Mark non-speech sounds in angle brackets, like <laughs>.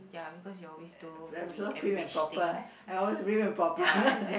uh I'm so prim and proper I always prim and proper <laughs>